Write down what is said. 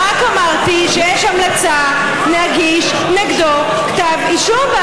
רק אמרתי שיש המלצה להגיש נגדו כתב אישום,